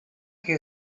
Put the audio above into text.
que